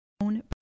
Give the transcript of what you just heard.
own